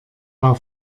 war